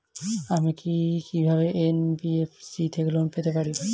আমি কি কিভাবে এন.বি.এফ.সি থেকে লোন পেতে পারি?